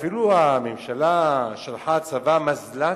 אפילו הממשלה שלחה מזל"טים,